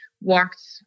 walked